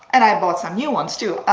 and i bought some new ones too.